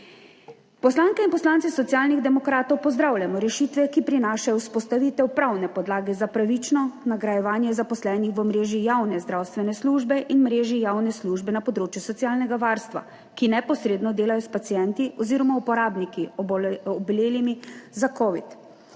Poslanke in poslanci Socialnih demokratov pozdravljamo rešitve, ki prinašajo vzpostavitev pravne podlage za pravično nagrajevanje zaposlenih v mreži javne zdravstvene službe in mreži javne službe na področju socialnega varstva, ki neposredno delajo s pacienti oziroma uporabniki obolelimi za covid.